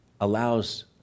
allows